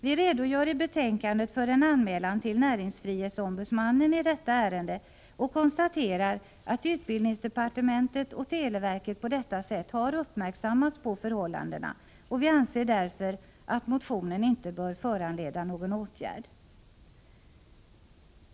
Vi redogör i betänkandet för en anmälan till näringsfrihetsombudsmannen i detta ärende samt konstaterar att utbildningsdepartementet och televerket på detta sätt har uppmärksammats på förhållandena, och vi anser därför att motionen inte bör föranleda någon åtgärd.